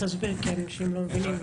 תסביר כי אנשים לא מבינים.